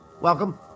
Welcome